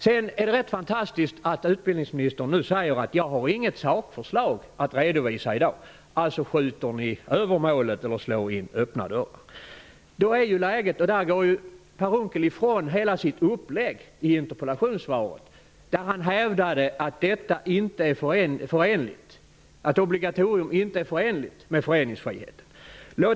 Det är ganska fantastiskt att utbildningsministern nu säger att han inte har något sakförslag att redovisa i dag. Alltså skjuter regeringen över målet eller slår in öppna dörrar. Per Unckel går ju ifrån hela sitt upplägg av interpellationssvaret, där han hävdade att ett kårobligatorium inte är förenligt med föreningsfriheten.